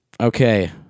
Okay